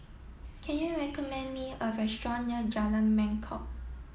can you recommend me a restaurant near Jalan Mangkok